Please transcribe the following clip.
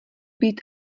být